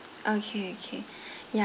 okay okay yeah